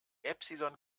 epsilon